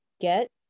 get